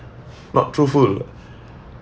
not truthful